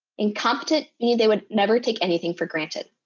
and competent meaning they would never take anything for granted.